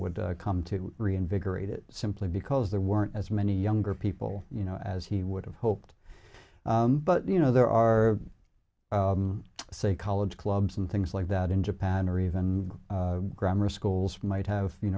would come to reinvigorate it simply because there weren't as many younger people you know as he would've hoped but you know there are say college clubs and things like that in japan or even grammar schools might have you